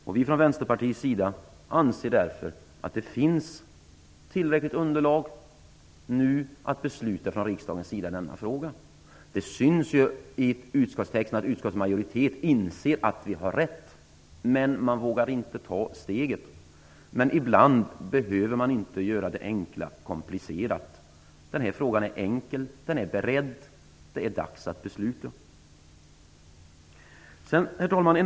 Vi anser från Vänsterpartiets sida därför att det finns tillräckligt underlag för att riksdagen nu skall kunna besluta i denna fråga. Det syns i utskottstexten att utskottsmajoriteten inser att vi har rätt, men man vågar inte ta steget. Ibland behöver man dock inte göra det enkla komplicerat. Den här frågan är enkel och beredd; det är dags att besluta. Herr talman!